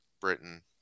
Britain